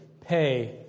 pay